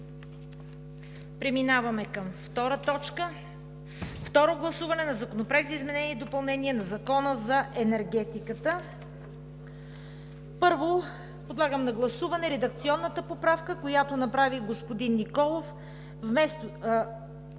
Преминаваме към втора точка – Второ гласуване на Законопроект за изменение и допълнение на Закона за енергетиката. Подлагам на гласуване редакционната поправка, която направи господин Николов –